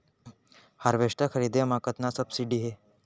Harvester खरीदे म कतना सब्सिडी हे?